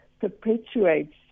perpetuates